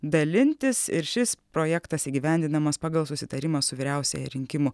dalintis ir šis projektas įgyvendinamas pagal susitarimą su vyriausiąja rinkimų